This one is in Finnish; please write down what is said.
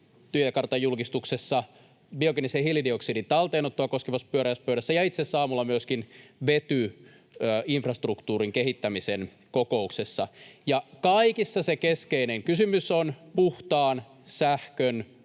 tiekartan julkistuksessa, biogeenisen hiilidioksidin talteenottoa koskevassa pyöreässä pöydässä ja itse asiassa aamulla myöskin vetyinfrastruktuurin kehittämisen kokouksessa. Kaikissa se keskeinen kysymys on puhtaan sähkön